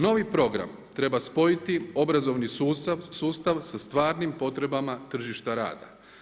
Novi program treba spojiti obrazovni sustav sa stvarnim potrebama tržišta rada.